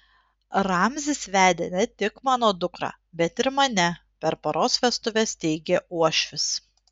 ramzis vedė ne tik mano dukrą bet ir mane per poros vestuves teigė uošvis